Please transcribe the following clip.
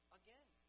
again